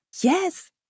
Yes